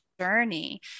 journey